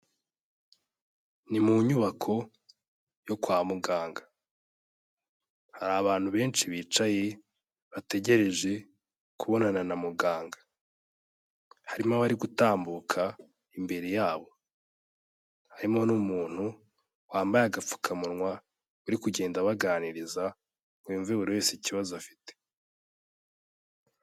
Ni mu nyubako yo kwa muganga, hari abantu benshi bicaye bategereje kubonana na muganga, harimo abari gutambuka imbere yabo, harimo n'umuntu wambaye agapfukamunwa uri kugenda abaganiriza ngo yumve buri wese ikibazo afite.